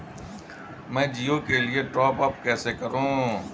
मैं जिओ के लिए टॉप अप कैसे करूँ?